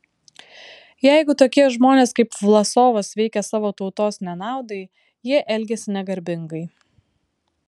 jeigu tokie žmonės kaip vlasovas veikia savo tautos nenaudai jie elgiasi negarbingai